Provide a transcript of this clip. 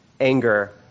anger